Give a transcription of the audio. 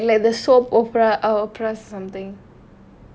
oh like like like the soap opera or something